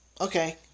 Okay